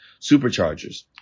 superchargers